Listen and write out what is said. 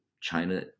China